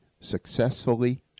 successfully